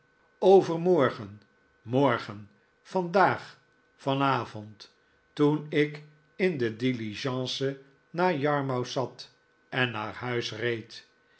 overmorgen morgen vandaag vanavond toen ik in de diligence naar yarmouth zat en naar huis reed